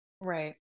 right